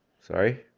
sorry